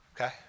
Okay